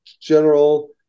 general